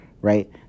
right